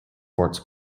sports